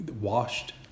Washed